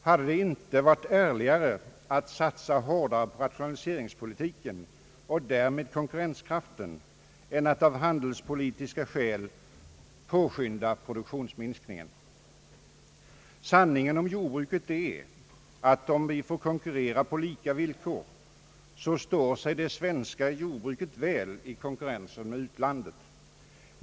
Hade det inte varit ärligare att satsa hårdare på rationaliseringspolitiken och därmed konkurrenskraften än att av handelspolitiska skäl påskynda produktionsminskningen? Sanningen om jordbruket är att bara vi får konkurrera på lika villkor står sig det svenska jordbruket väl i konkurrensen med utlandet.